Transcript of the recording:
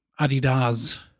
Adidas